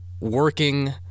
working